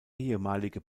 ehemalige